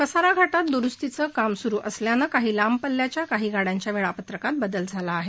कसारा घाटात द्रूस्तीचं काम सुरु असल्यामुळे काही लांब पल्ल्यांच्या काही गाड्यांच्या वेळापत्रकात बदल झाला आहे